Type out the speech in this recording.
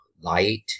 light